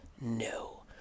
no